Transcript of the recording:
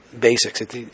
basics